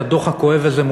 את הדוח הכואב הזה,